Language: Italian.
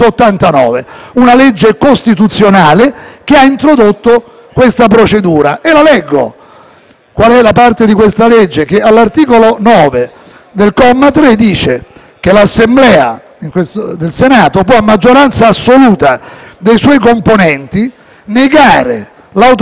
leggere la parte di questa legge che, all'articolo 9, comma 3, stabilisce che l'Assemblea, in questo caso del Senato «può, a maggioranza assoluta dei suoi componenti, negare l'autorizzazione a procedere ove reputi, con valutazione insindacabile, che l'inquisito abbia agito